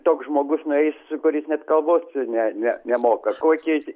toks žmogus na jis kuris net kalbos ne ne nemoka kokią jis